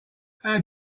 how